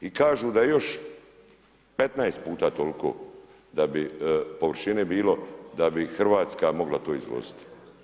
I kažu da je još 15 puta toliko da bi površine bilo da bi Hrvatska to mogla izvoziti.